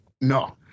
No